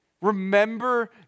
remember